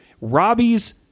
Robbie's